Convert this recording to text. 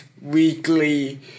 Weekly